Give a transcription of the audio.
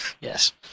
yes